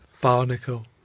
Barnacle